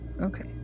Okay